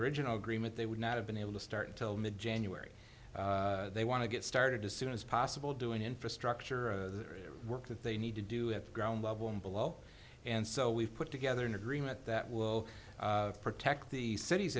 original agreement they would not have been able to start until mid january they want to get started to soon as possible doing infrastructure of the work that they need to do at the ground level and below and so we've put together an agreement that will protect the city's